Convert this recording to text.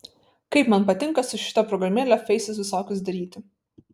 kaip man patinka su šita programėle feisus visokius daryti